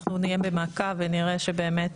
אנחנו נהיה במעקב ונראה שבאמת